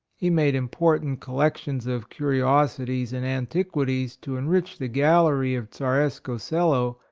he made important collec tions of curiosities and antiquities to enrich the gallery of tzareskoe selo,